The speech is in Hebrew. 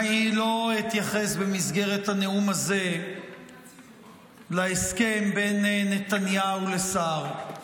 אני לא אתייחס במסגרת הנאום הזה להסכם בין נתניהו לסער.